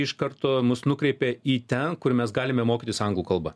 iš karto mus nukreipė į ten kur mes galime mokytis anglų kalba